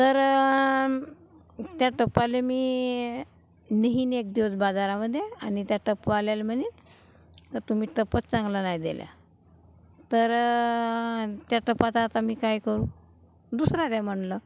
तर त्या टपाले मी नेईन एक दिवस बाजारामध्ये आणि त्या टपवाल्याला म्हणीन तुम्ही टपच चांगला नाही दिला तर त्या टपाचं आता मी काय करू दुसरा द्या म्हणलं